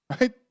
Right